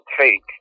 take